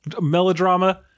melodrama